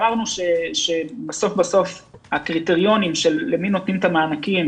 אמרנו שבסוף בסוף הקריטריונים של למי נותנים את המענקים